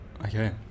Okay